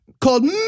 called